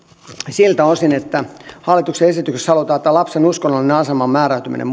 siltä osin että hallituksen esityksessä sanotaan että lapsen uskonnollisen aseman määräytyminen